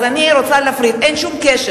אז אני רוצה להפריד, אין שום קשר